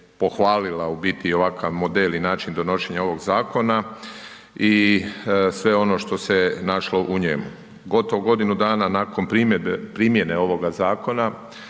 pohvalila u biti ovakav model i način donošenja ovog zakona i sve ono što se je našlo u njemu. Gotovo godinu dana nakon primjene ovoga zakona